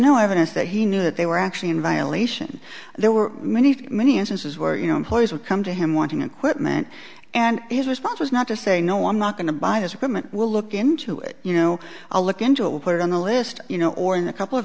no evidence that he knew that they were actually in violation there were many many instances where you know employees would come to him wanting equipment and his response was not to say no i'm not going to buy his equipment will look into it you know i'll look into it put it on the list you know or in a couple of